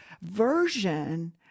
version